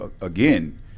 again